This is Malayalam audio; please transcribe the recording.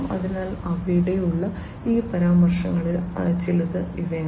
അതിനാൽ അവിടെയുള്ള ഈ പരാമർശങ്ങളിൽ ചിലത് ഇവയാണ്